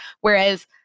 Whereas